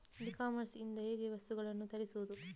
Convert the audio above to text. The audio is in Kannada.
ಇ ಕಾಮರ್ಸ್ ಇಂದ ಹೇಗೆ ವಸ್ತುಗಳನ್ನು ತರಿಸುವುದು?